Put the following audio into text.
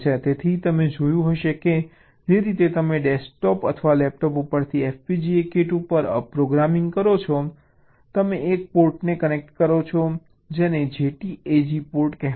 તેથી તમે જોયું હશે કે જે રીતે તમે ડેસ્કટોપ અથવા લેપટોપ ઉપરથી FPGA કિટ ઉપર પ્રોગ્રામિંગ કરો છો તમે એક પોર્ટને કનેક્ટ કરો છો જેને JTAG પોર્ટ કહેવાય છે